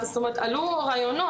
עלו רעיונות.